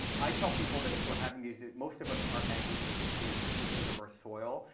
i tell people that if we're having these, most of us are magnesium-depleted, just because of our soil.